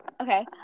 Okay